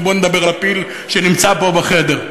ובוא נדבר על הפיל שנמצא פה בחדר.